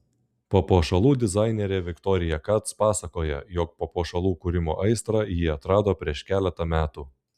papuošalų dizainerė viktorija kac pasakoja jog papuošalų kūrimo aistrą ji atrado prieš keletą metų